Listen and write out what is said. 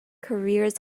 careers